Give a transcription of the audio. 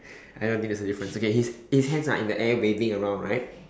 I don't think there's a difference okay his his hands are in the air waving around right